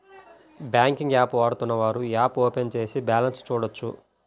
banking app వాడుతున్నవారు app open చేసి balance చూడొచ్చు